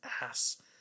ass